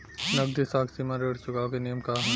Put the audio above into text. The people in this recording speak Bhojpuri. नगदी साख सीमा ऋण चुकावे के नियम का ह?